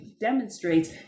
demonstrates